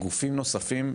גופים נוספים,